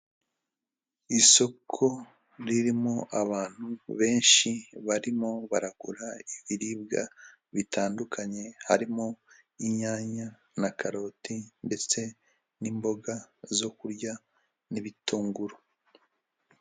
Isoko ririmo abantu benshi, barimo baragura ibiribwa bitandukanye, harimo inyanya na karoti ndetse n'imboga zo kurya n'ibitunguru.